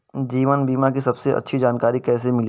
जीवन बीमा की सबसे अच्छी जानकारी कैसे मिलेगी?